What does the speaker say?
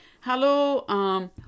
Hello